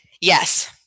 Yes